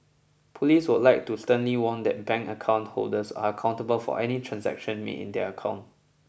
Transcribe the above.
police would like to sternly warn that bank account holders are accountable for any transaction made in their account